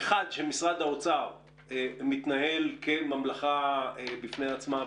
עולה תחושה שמשרד האוצר מתנהל כממלכה בפני עצמה.